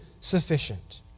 sufficient